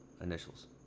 initials